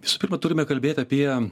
visų pirma turime kalbėt apie